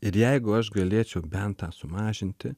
ir jeigu aš galėčiau bent tą sumažinti